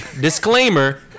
Disclaimer